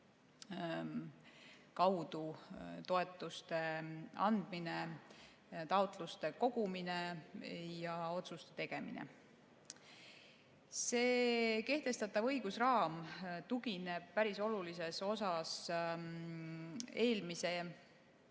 kaudu toetuste andmine, taotluste kogumine ja otsuste tegemine. See kehtestatav õigusraam tugineb päris olulises osas eelmise